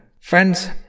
Friends